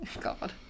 God